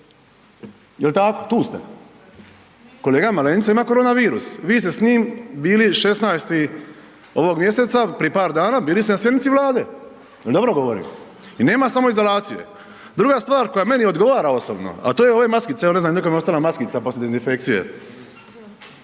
Jel tako? Tu ste. Kolega Malenica ima korona virus. Vi ste s njim bili 16. ovog mjeseca, prije par dana bili ste na sjednici Vlade. Jel dobro govorim? I nema samoizolacije. Druga stvar, koja meni odgovara osobno, a to je ove maskice, evo ne znam nekom je ostala maskica poslije dezinfekcije,